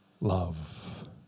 love